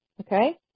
Okay